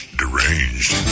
deranged